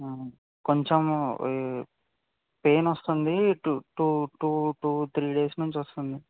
కొంచెము పెయిన్ వస్తుంది two two two three days నుంచి వస్తుంది